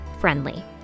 friendly